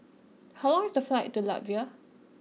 how long is the flight to Latvia